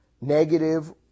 negative